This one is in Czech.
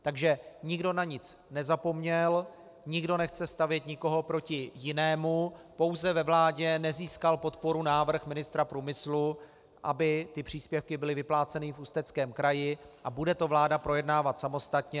Takže nikdo na nic nezapomněl, nikdo nechce stavět nikoho proti jinému, pouze ve vládě nezískal podporu návrh ministra průmyslu, aby ty příspěvky byly vypláceny v Ústeckém kraji, a bude to vláda projednávat samostatně.